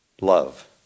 love